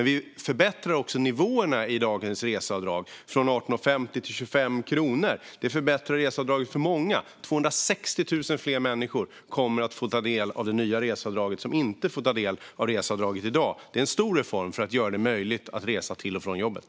Vi förbättrar också nivåerna i dagens reseavdrag från 18,50 till 25 kronor. Det förbättrar reseavdraget för många. Det är 260 000 människor som kommer att få ta del av det nya reseavdraget som inte får ta del av reseavdraget i dag. Det är en stor reform för att göra det möjligt att resa till och från jobbet.